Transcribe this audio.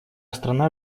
страна